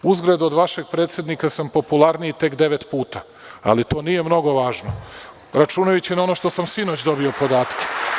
Uzgred, od vašeg predsednika sam popularniji tek devet puta, ali to nije mnogo važno, računajući na ono što sam sinoć dobio podatke.